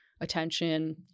attention